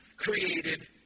Created